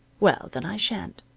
well, then i sha'n't.